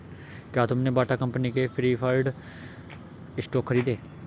क्या तुमने Bata company के प्रिफर्ड स्टॉक खरीदे?